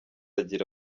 agira